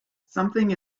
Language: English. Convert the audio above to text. something